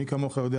מי כמוך יודע,